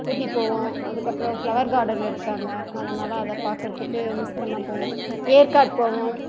ஊட்டி போவோம் அதுக்கப்புறம் flower garden இருக்குது அங்கே அதனால் அதை பார்க்கறத்துக்கு மிஸ் பண்ணாம போவோம் ஏற்காடு போவோம்